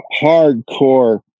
Hardcore